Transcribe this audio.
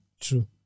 True